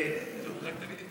אמרו שאת ביקשת להוריד.